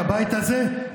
בבית הזה,